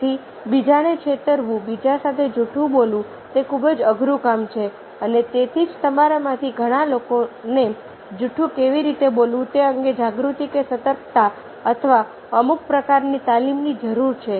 તેથી બીજાને છેતરવું બીજા સાથે જૂઠું બોલવું તે ખૂબ જ અઘરું કામ છે અને તેથી જ તમારામાંથી ઘણા લોકોને જૂઠું કેવી રીતે બોલવું તે અંગે જાગૃતિ કે સતર્કતા અથવા અમુક પ્રકારની તાલીમની જરૂર છે